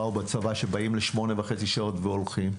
או בצבא שבאים לשמונה וחצי שעות והולכים.